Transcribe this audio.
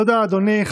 תודה, אדוני.